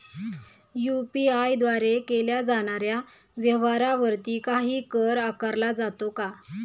UPI द्वारे केल्या जाणाऱ्या व्यवहारावरती काही कर आकारला जातो का?